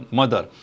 mother